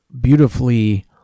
beautifully